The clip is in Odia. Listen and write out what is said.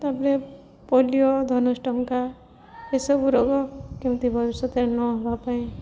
ତାପରେ ପୋଲିଓ ଧନସ୍ଟଙ୍କା ଏସବୁ ରୋଗ କେମିତି ଭବିଷ୍ୟତରେ ନହେବା ପାଇଁ